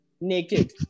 naked